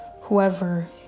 whoever